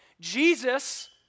jesus